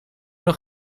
nog